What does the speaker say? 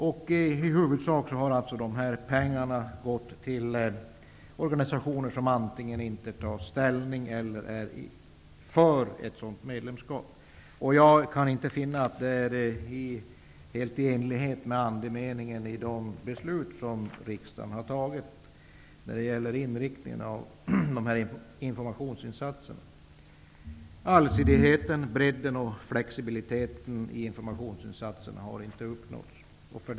I huvudsak har dessa pengar gått till organisationer som antingen inte har tagit ställning eller som är för ett medlemskap. Jag kan inte finna att det är helt i enlighet med andemeningen i de beslut som riksdagen har fattat beträffande inriktningen av informationsinsatsen. Allsidighet, bredd och flexibilitet i informationsinsatserna har inte uppnåtts.